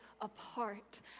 apart